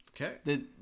Okay